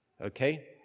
Okay